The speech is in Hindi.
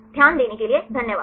ध्यान देने के लिए धन्यवाद